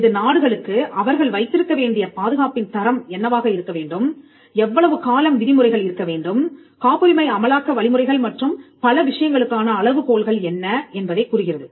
இது நாடுகளுக்கு அவர்கள் வைத்திருக்க வேண்டிய பாதுகாப்பின் தரம் என்னவாக இருக்க வேண்டும் எவ்வளவு காலம் விதிமுறைகள் இருக்க வேண்டும் காப்புரிமை அமலாக்க வழிமுறைகள் மற்றும் பல விஷயங்களுக்கான அளவுகோல்கள் என்ன என்பதைக் கூறுகிறது